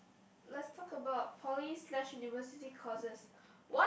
let's talk about Poly slash Universities courses what